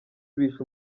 bishe